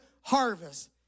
harvest